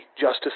justice